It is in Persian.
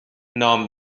نام